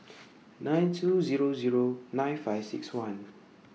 nine two Zero Zero nine five six one